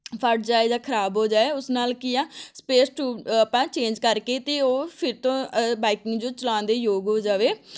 ਫਟ ਜਾਏ ਜਾਂ ਖਰਾਬ ਹੋ ਜਾਏ ਉਸ ਨਾਲ ਕੀ ਆ ਸਪੇਅਰਸ ਟਿਊਬ ਆਪਾਂ ਚੇਂਜ ਕਰਕੇ ਅਤੇ ਉਹ ਫਿਰ ਤੋਂ ਬਾਈਕਿੰਗ ਜੋ ਚਲਾਉਣ ਦੇ ਯੋਗ ਹੋ ਜਾਵੇ